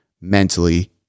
mentally